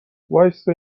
وایستا